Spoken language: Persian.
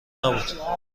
نبود